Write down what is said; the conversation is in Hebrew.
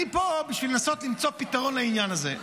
אני פה בשביל למצוא פתרון לעניין הזה.